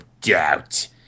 doubt